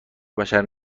بشر